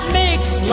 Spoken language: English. makes